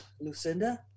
Lucinda